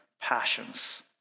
passions